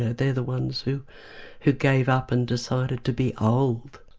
they're the ones who who gave up and decided to be old.